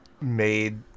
made